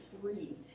three